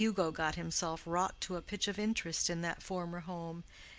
sir hugo got himself wrought to a pitch of interest in that former home,